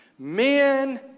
Men